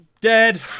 Dead